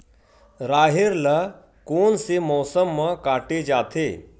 राहेर ल कोन से मौसम म काटे जाथे?